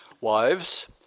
Wives